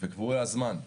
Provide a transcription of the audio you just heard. וקבועי הזמן.